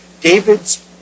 David's